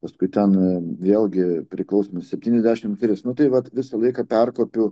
paskui ten vėlgi priklaus nuo septyniasdešim tris nuo tai vat visą laiką perkopiau